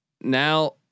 Now